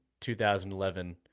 2011